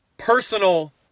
personal